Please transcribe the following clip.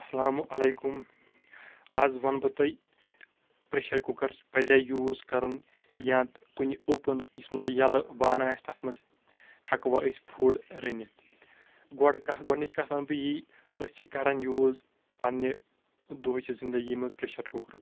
اَسَلامُ علیکُم اَز وَنہٕ بہٕ تۄہِہ پریٚشَر کُکَر پَزیا یوٗز کَرُن یا کُنِہ اوٚپُن یُس مطلَب ییٚلہٕ بانہٕ آسِہ تَتھ منٛز ہیکوا أسۍ فُڈ رٔنِتھ گۄڈٕ کَتھ گۄڈنِچ کَتھ وَنہٕ بہٕ یی أسۍ چھِ کَران یوٗز پنٛنہِ دُہچہِ زِنٛدٕگی منٛز پریٚشَر کُکرُک